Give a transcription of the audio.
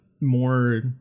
more